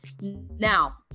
Now